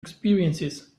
experiences